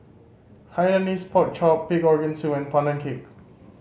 Hainanese Pork Chop pig organ soup and Pandan Cake